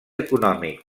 econòmic